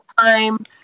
time